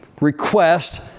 request